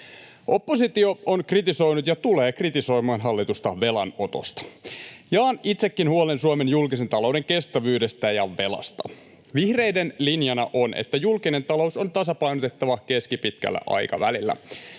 Oppositio on kritisoinut ja tulee kritisoimaan hallitusta velanotosta. Jaan itsekin huolen Suomen julkisen talouden kestävyydestä ja velasta. Vihreiden linjana on, että julkinen talous on tasapainotettava keskipitkällä aikavälillä.